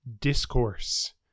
discourse